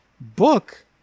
book